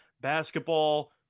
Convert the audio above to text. basketball